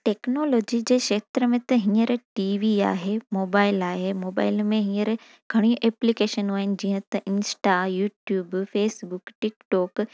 technology जे खेत्र में त हींअर टीवी आहे मोबाइल आहे मोबाइल में हीअंर घणेई एप्लीकेशन आहिनि जीअं त इंस्टा यूट्यूब फेसबुक टीकटॉक